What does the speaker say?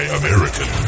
american